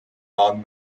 non